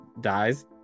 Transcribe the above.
dies